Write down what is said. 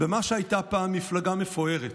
במה שהייתה פעם מפלגה מפוארת,